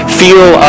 feel